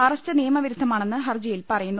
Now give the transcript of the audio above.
arrest നിയമവിരുദ്ധമാണെന്ന് ഹർജിയിൽ പറയുന്നു